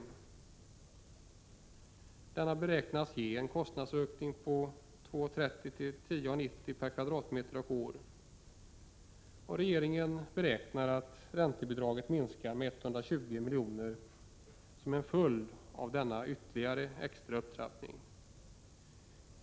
Denna upptrappning beräknas medföra en kostnadsökning på 2:30—10:90 kr. per kvadratmeter och år, och regeringen utgår från att räntebidraget minskar med 120 milj.kr. som en följd av denna ytterligare extra upptrappning.